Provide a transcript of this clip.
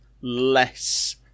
less